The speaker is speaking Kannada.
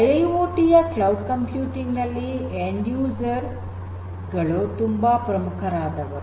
ಐಐಓಟಿ ಯ ಕ್ಲೌಡ್ ಕಂಪ್ಯೂಟಿಂಗ್ ನಲ್ಲಿ ಎಂಡ್ ಯೂಸರ್ ಗಳು ತುಂಬ ಪ್ರಮುಖರಾದವರು